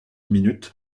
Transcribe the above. minutes